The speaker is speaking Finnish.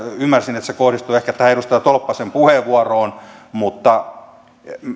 ymmärsin että se kohdistui ehkä tähän edustaja tolppasen puheenvuoroon mutta